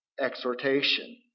exhortation